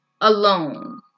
alone